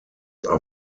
are